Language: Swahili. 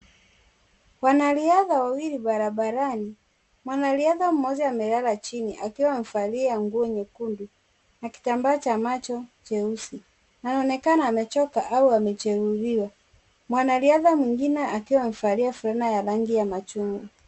Wanariadha wawili barabarani, mwanariadha mmoja amelala chini akiwa amevalia nguo nyekundu na kitambaa cha macho cheusi, anaonekana amechoka au amejeruhiwa, mwanariadha mwingine amevalia fulana ya rangi ya machungwa.